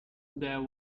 there